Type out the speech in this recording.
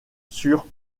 sur